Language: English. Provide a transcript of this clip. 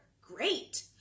great